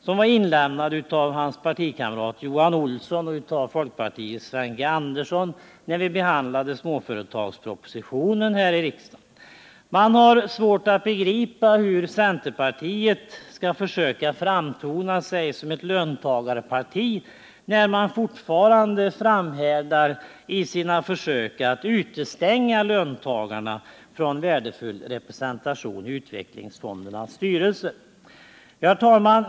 Motionen inlämnades av hans partikamrat Johan Olsson och folkpartiets Sven G. Andersson. Man har svårt att begripa hur centerpartiet skall kunna försöka framtona sig som ett löntagarparti, när partiet fortfarande framhärdar i sina försök att utestänga löntagarna från värdefull representation i utvecklingsfondernas styrelse. Herr talman!